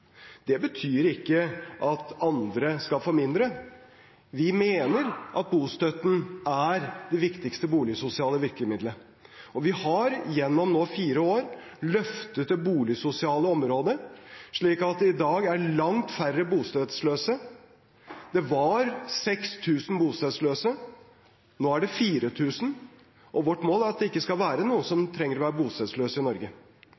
Det betyr ikke at andre skal få mindre. Vi mener at bostøtten er det viktigste boligsosiale virkemiddelet. Vi har nå gjennom fire år løftet det boligsosiale området slik at det i dag er langt færre bostedsløse. Det var 6 000 bostedsløse. Nå er det 4 000. Vårt mål er at det ikke skal være noen som trenger å være bostedsløse i Norge.